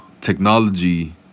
technology